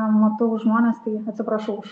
matau žmones tai atsiprašau už